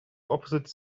opposite